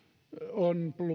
on